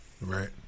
Right